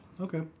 okay